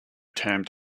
termed